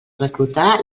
reclutar